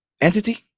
entity